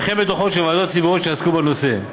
וכן בדוחות של ועדות ציבוריות שעסקו בנושא,